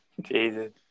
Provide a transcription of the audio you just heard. Jesus